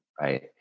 right